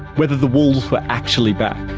whether the wolves were actually back.